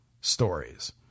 stories